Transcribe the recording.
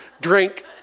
drink